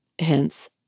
hence